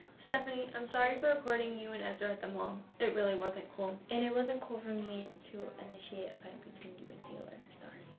stephanie, i'm sorry for recording you and ezra at the mall. it really wasn't cool. and it wasn't cool for me to initiate between you and taylor. sorry.